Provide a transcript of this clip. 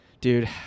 Dude